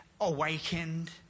awakened